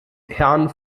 herrn